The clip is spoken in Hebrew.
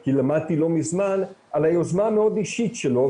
כי למדתי לא מזמן על יוזמה המאוד אישית שלו,